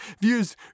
views